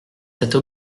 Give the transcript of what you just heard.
cette